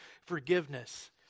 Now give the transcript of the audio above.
forgiveness